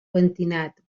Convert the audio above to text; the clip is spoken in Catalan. pentinat